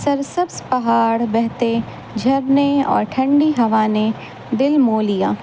سرسبس پہاڑ بہتے جھرنے اور ٹھنڈی ہوان دل مولیہ